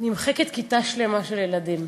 נמחקת כיתה שלמה של ילדים.